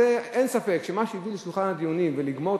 אין ספק שמה שהביא לשולחן הדיונים ולגמור את